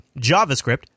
JavaScript